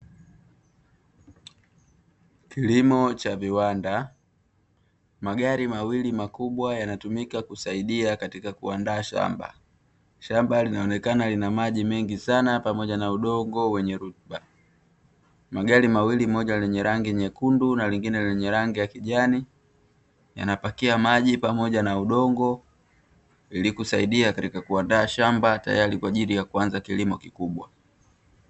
Kilimo cha viwanda. Magari mawili makubwa yanatumika kusaidia katika kuandaa shamba. Shamba kinaonekana lina maji mengi sana pamoja na udongo wenye rutuba. Magari mawili, moja lenye rangi nyekundu na lingine lenye rangi ya kijani, yanapakia maji pamoja na udongo ili kusaidia katika kuandaa shamba tayari kwaajili ya kuanza kilimo kikubwa.